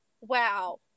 wow